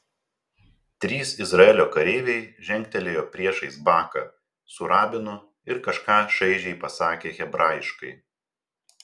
trys izraelio kareiviai žengtelėjo priešais baką su rabinu ir kažką šaižiai pasakė hebrajiškai